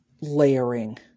layering